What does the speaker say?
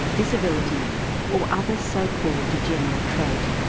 disability or other so-called degenerate trait.